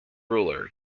ruler